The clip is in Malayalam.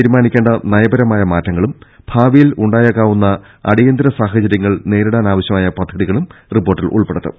തീരുമാനിക്കേണ്ട നയപരമായ മാറ്റങ്ങളും ഭാവിയിൽ ഉണ്ടായേ ക്കാവുന്ന അടിയന്തിര സാഹചര്യങ്ങൾ നേരിടാനാവശ്യമായ പദ്ധ തികളും റിപ്പോർട്ടിൽ ഉൾപ്പെടുത്തും